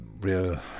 real